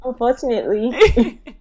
Unfortunately